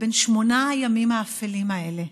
ובשמונת הימים האפלים האלה